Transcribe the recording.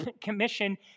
commission